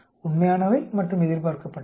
உண்மையானவை மற்றும் எதிர்பார்க்கப்பட்டவை